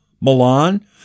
Milan